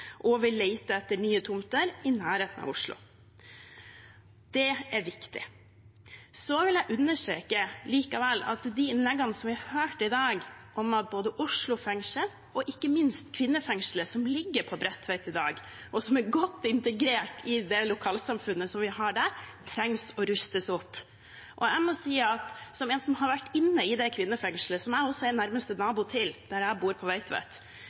og vil lete etter nye tomter i nærheten av Oslo. Det er viktig. Så vil jeg likevel understreke de innleggene vi har hørt i dag om at både Oslo fengsel og ikke minst kvinnefengselet, som ligger på Bredtvet i dag, og som er godt integrert i det lokalsamfunnet vi har der, trengs å rustes opp. Som en av dem som har vært inne i det kvinnefengselet, og som jeg også er nærmeste nabo til der jeg bor, på